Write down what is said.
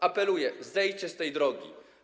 Apeluję: zejdźcie z tej drogi.